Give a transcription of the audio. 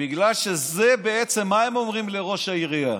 בגלל שזה בעצם, מה הם אומרים לראש העירייה?